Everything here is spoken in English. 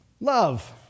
Love